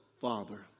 father